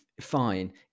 fine